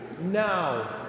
now